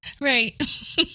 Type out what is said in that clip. Right